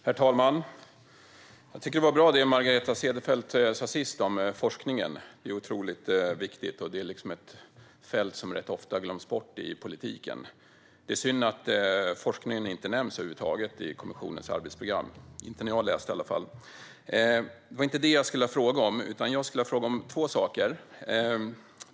Herr talman! Jag tycker att det som Margareta Cederfelt sa sist om forskningen var bra. Det är ett otroligt viktigt fält som rätt ofta glöms bort i politiken. Det är synd att forskningen inte nämns över huvud taget i kommissionens arbetsprogram, i alla fall inte vad jag kan utläsa. Men det var inte det jag skulle fråga om, utan jag skulle vilja fråga om två saker.